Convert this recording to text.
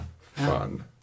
fun